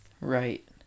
right